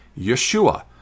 yeshua